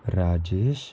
Rajesh